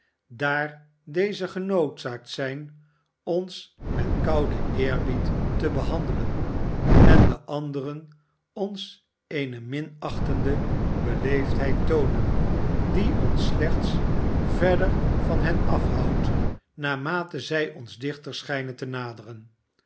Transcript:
daar deze genoodzaakt zijn ons met kouden eerbied te behandelen en de anderen ons eene minachtende beleefdheid toonen die ons slechts verder van hen afhoudt naarmate zij ons dichter schijnen te naderen